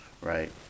right